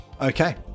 Okay